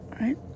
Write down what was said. right